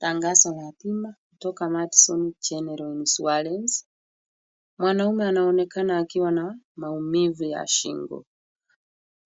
Tangazo la bima kutoka Madison General Insurance. Mwanaume anaonekana akiwa na maumivu ya shingo,